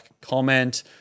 comment